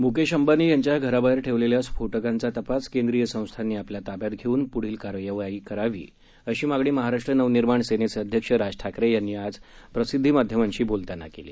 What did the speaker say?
मुकेश अंबानी यांच्या घराबाहेर ठेवलेल्या स्फोटकांचा तपास केंद्रीय संस्थांनी आपल्या ताब्यात घेऊन पुढील कारवाई करावी अशी मागणी महाराष्ट्र नवनिर्माण सेनेचे अध्यक्ष राज ठाकरे यांनी आज प्रसिद्धी माध्यमांशी बोलताना केली